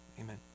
Amen